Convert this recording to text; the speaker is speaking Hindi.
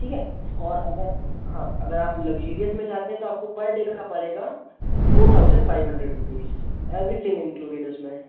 ठीक है और अगर हाँ अगर आप लक्ज़रियस में जाते हैं तो आपको पर डे का आपका पड़ेगा four thousand five hundred rupees everything included है उसमें